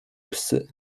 psy